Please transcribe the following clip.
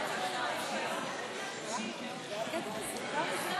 מה עם הג'אנק פוד שהממשלה